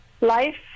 life